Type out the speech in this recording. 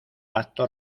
acto